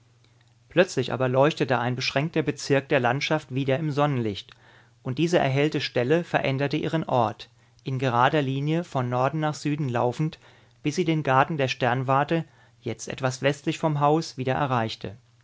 plötzlich aber leuchtete ein beschränkter bezirk der landschaft wieder im sonnenlicht und diese erhellte stelle veränderte ihren ort in gerader linie von norden nach süden laufend bis sie den garten der sternwarte jetzt etwas westlich vom haus wieder erreichte